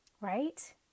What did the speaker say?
Right